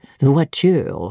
voiture